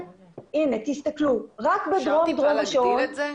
מועצה אזורית במרכז הארץ,